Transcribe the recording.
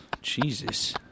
Jesus